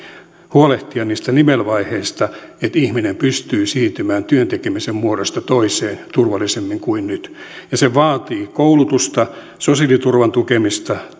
huolehtia niistä nivelvaiheista että ihminen pystyy siirtymään työn tekemisen muodosta toiseen turvallisemmin kuin nyt ja se vaatii koulutusta sosiaaliturvan tukemista